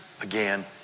again